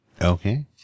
okay